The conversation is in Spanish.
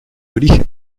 origen